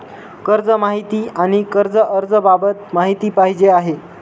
कर्ज माहिती आणि कर्ज अर्ज बाबत माहिती पाहिजे आहे